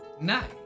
Night